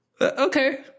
Okay